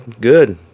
good